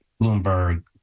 Bloomberg